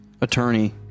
Attorney